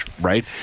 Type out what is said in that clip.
right